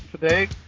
today